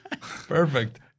Perfect